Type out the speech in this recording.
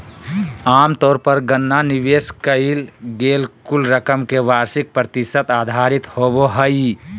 आमतौर पर गणना निवेश कइल गेल कुल रकम के वार्षिक प्रतिशत आधारित होबो हइ